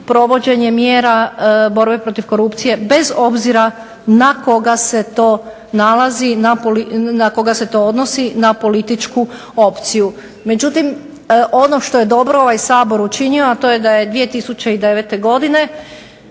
provođenje mjera borbe protiv korupcije, bez obzira na koga se to odnosi na političku opciju. Međutim ono što je dobro ovaj Sabor učinio, a to je da je 2009. godine